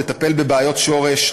לטפל בבעיות שורש,